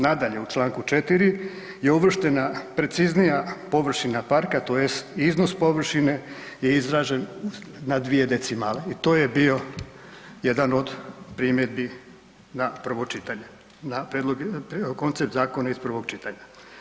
Nadalje, u čl. 4. je uvrštena preciznija površina parka tj. iznos površine je izrađen na dvije decimale i to je bio jedan od primjedbi na prvo čitanje, na prijedlog, koncept zakona iz prvog čitanja.